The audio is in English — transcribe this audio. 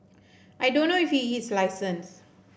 I don't know if he is licensed